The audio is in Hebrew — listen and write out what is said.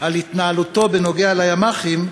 על התנהלותו בנוגע לימ"חים,